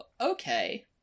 okay